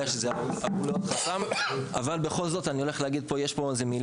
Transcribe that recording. שזה עלול להיות חסם אבל בכל זאת אני הולך להגיד פה מילה